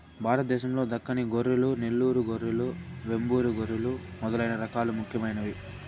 భారతదేశం లో దక్కని గొర్రెలు, నెల్లూరు గొర్రెలు, వెంబూరు గొర్రెలు మొదలైన రకాలు ముఖ్యమైనవి